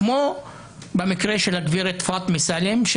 כמו במקרה של הגברת פטמי סאלם,